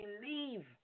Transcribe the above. believe